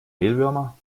mehlwürmer